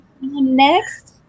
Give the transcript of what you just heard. Next